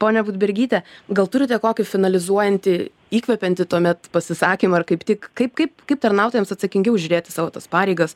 ponia budbergyte gal turite kokį finalizuojantį įkvepiantį tuomet pasisakymą ar kaip tik kaip kaip kaip tarnautojams atsakingiau žiūrėti į savo tas pareigas